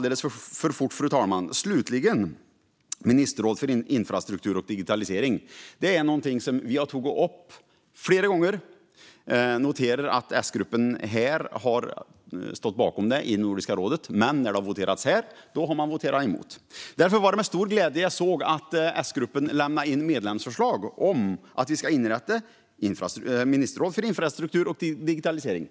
Ett ministerråd för infrastruktur och digitalisering har vi tagit upp flera gånger, och jag noterar att S-gruppen stått bakom det i Nordiska rådet men voterat emot det här. Därför var det med stor glädje jag såg att S-gruppen på nytt lämnat in ett medlemsförslag i Nordiska rådet om att det ska inrättas ett ministerråd för infrastruktur och digitalisering.